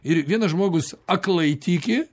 ir vienas žmogus aklai tiki